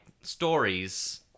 stories